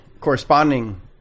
corresponding